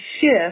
shift